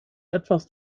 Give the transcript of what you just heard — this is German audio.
etwas